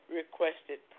requested